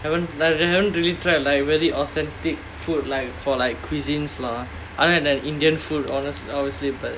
haven't like really haven't really tried like very authentic food like for like cuisines lah other than that indian food honest~ honestly but